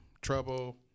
Trouble